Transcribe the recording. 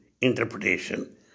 interpretation